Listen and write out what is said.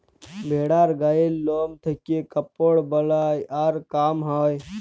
ভেড়ার গায়ের লম থেক্যে কাপড় বালাই আর কাম হ্যয়